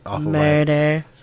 murder